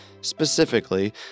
specifically